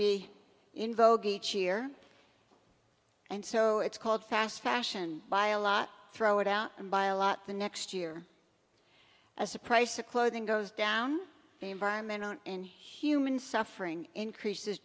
be in vogue each year and so it's called fast fashion by a lot throw it out and buy a lot the next year as a price of clothing goes down the environmental and human suffering increases